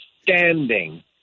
standing